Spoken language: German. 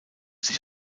sich